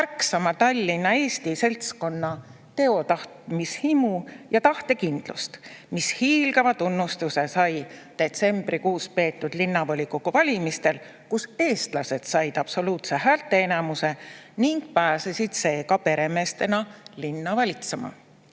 ärksama Tallinna eesti seltskonna teotsemishimu ja tahtekindlustki, mis hiilgava tunnustuse sai s. a. detsembrikuus peetud linnavolikogu valimistel, kus eestlased said absoluutse häälteenamuse ning pääsesid seega peremeestena [esmakordselt